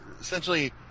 essentially